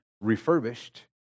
refurbished